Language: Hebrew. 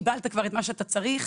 קיבלת כבר את מה שאתה צריך,